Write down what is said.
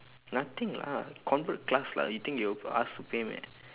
nothing lah convert class lah you think they will ask to pay meh